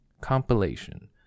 Compilation